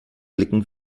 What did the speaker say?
blicken